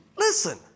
Listen